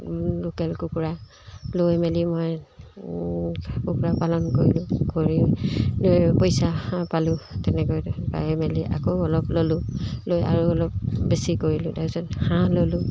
local কুকুৰা লৈ মেলি মই কুকুৰা পালন কৰিলোঁ কৰি পইচা পালোঁ তেনেকৈ পাই মেলি আকৌ অলপ ল'লোঁ লৈ আৰু অলপ বেছি কৰিলোঁ তাৰপিছত হাঁহ ল'লোঁ